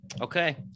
Okay